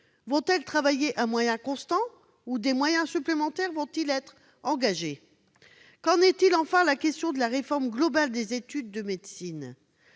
Travailleront-elles à moyens constants ou des moyens supplémentaires seront-ils engagés ? Qu'en est-il, enfin, de la question de la réforme globale des études de médecine ?